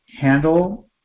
handle